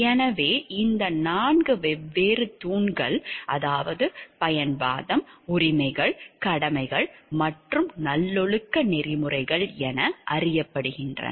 எனவே இந்த நான்கு வெவ்வேறு தூண்கள் பயன்வாதம் உரிமைகள் கடமைகள் மற்றும் நல்லொழுக்க நெறிமுறைகள் என அறியப்படுகின்றன